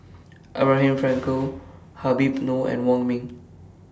Abraham Frankel Habib Noh and Wong Ming